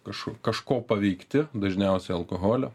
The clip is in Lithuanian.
kažku kažko paveikti dažniausiai alkoholio